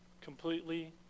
Completely